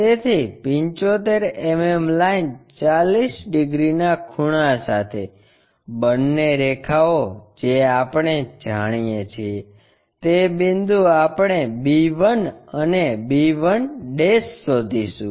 તેથી 75 mm line 40 ડિગ્રીના ખૂણા સાથે બંને રેખાઓ જે આપણે જાણીએ છીએ તે બિંદુ આપણે b 1 અને b 1 શોધીશું